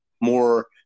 more